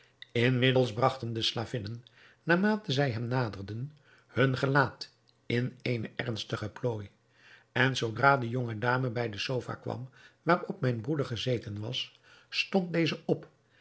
inmiddels bragten de slavinnen naarmate zij hem naderden hun gelaat in eene ernstige plooi en zoodra de jonge dame bij de sofa kwam waarop mijn broeder gezeten was stond deze op